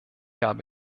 habe